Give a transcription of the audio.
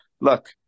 look